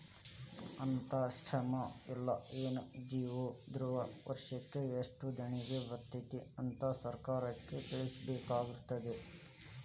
ಅನ್ನಾಥಾಶ್ರಮ್ಮಾ ಇಲ್ಲಾ ಎನ್.ಜಿ.ಒ ದವ್ರು ವರ್ಷಕ್ ಯೆಸ್ಟ್ ದೇಣಿಗಿ ಬರ್ತೇತಿ ಅಂತ್ ಸರ್ಕಾರಕ್ಕ್ ತಿಳ್ಸಬೇಕಾಗಿರ್ತದ